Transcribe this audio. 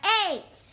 eight